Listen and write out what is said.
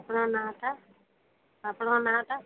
ଆପଣଙ୍କ ନାଁଟା ଆପଣଙ୍କ ନାଁଟା